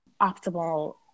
optimal